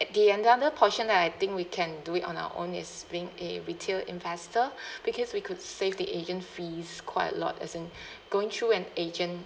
at the another portion that I think we can do it on our own is being a retail investor because we could save the agent fees quite a lot as in going through an agent